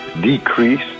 decrease